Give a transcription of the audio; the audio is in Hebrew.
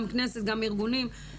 גם הכנסת גם הארגונים.